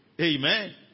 Amen